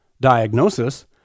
diagnosis